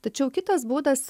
tačiau kitas būdas